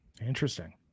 interesting